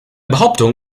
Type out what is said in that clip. behauptung